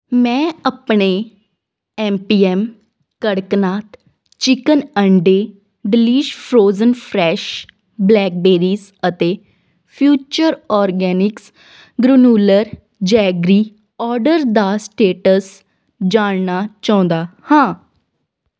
ਮੈਂ ਆਪਣੇ M P M Kadaknath chicken ਅੰਡੇ ਡਲੀਸ਼ ਫਰੋਜ਼ਨ ਫ੍ਰੈਸ਼ ਬਲੈਕਬੇਰੀਜ਼ ਅਤੇ future organics granular jaggery order ਦਾ ਸਟੇਟਸ ਜਾਣਨਾ ਚਾਹੁੰਦਾ ਹਾਂ